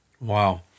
Wow